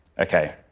ok,